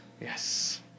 yes